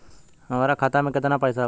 हमरा खाता मे केतना पैसा बा?